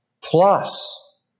plus